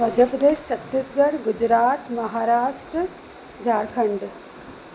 Madhya Pradesh Chhattisgarh Gujarat Maharashtra Jharkhand